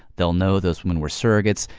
they'll know those women were surrogates.